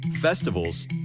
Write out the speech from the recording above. Festivals